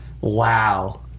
Wow